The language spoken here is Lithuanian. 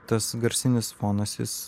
tas garsinis fonas jis